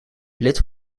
lid